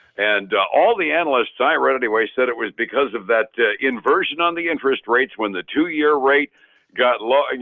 and all the analysts i read anyway said it was because of that inversion on the interest rates when the two year rate got low and